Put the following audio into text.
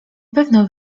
pewno